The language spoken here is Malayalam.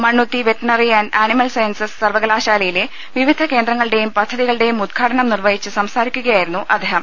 മണ്ണു ത്തി വെറ്ററിനറി ആന്റ് ആനിമൽ സയൻസസ് സർവ്വകലാശാലയിലെ വിവി ധ കേന്ദ്രങ്ങളുടെയും പദ്ധതികളുടെയും ഉദ്ഘാടനം നിർവഹിച്ച് സംസാരി ക്കുകയായിരുന്നു അദ്ദേഹം